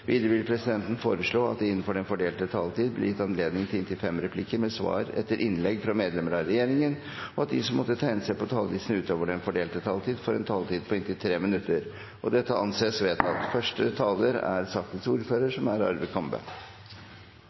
Videre vil presidenten foreslå at det – innenfor den fordelte taletid – blir gitt anledning til inntil fem replikker med svar etter innlegg fra medlemmer av regjeringen, og at de som måtte tegne seg på talerlisten utover den fordelte taletid, får en taletid på inntil 3 minutter. – Det anses vedtatt. Det er en samlet komité som mener at norsk arbeidsliv er